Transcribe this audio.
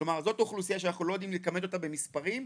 זו אוכלוסייה שאנחנו לא יודעים לכמת אותה במספרים,